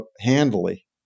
handily